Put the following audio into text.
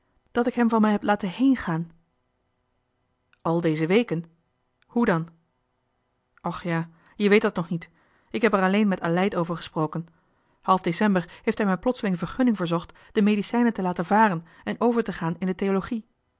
dat ik hem van me heb laten heen gaan al deze weken hoe dan och ja je weet dat nog niet ik heb er alleen met aleid over gesproken half december heeft hij me plotseling vergunning verzocht de medicijnen te laten varen en over te gaan in de theologie